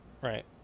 right